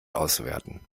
auswerten